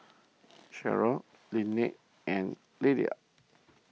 Sherilyn Lynnette and Liller